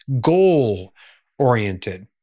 goal-oriented